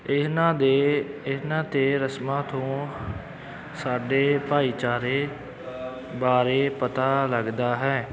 ਇਹਨਾਂ ਦੇ ਇਹਨਾਂ 'ਤੇ ਰਸਮਾਂ ਤੋਂ ਸਾਡੇ ਭਾਈਚਾਰੇ ਬਾਰੇ ਪਤਾ ਲੱਗਦਾ ਹੈ